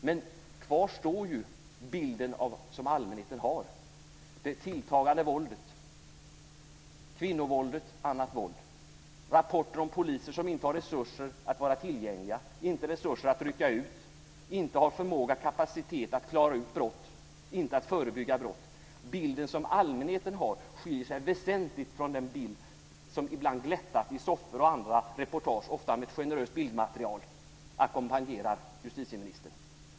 Men kvar står ju bilden som allmänheten har: det tilltagande våldet, kvinnovåldet och annat våld, rapporter om poliser som inte har resurser att vara tillgängliga, inte resurser att rycka ut, inte förmåga och kapacitet att förebygga och klara ut brott. Bilden som allmänheten har skiljer sig väsentligt från den bild som ibland glättat i soffor och i andra reportage ofta med ett generöst bildmaterial ackompanjerar justitieministern.